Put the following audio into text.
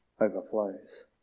Overflows